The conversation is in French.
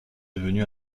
devenu